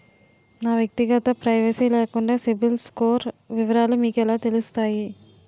నా వ్యక్తిగత ప్రైవసీ లేకుండా సిబిల్ స్కోర్ వివరాలు మీకు ఎలా తెలుస్తాయి?